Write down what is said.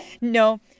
No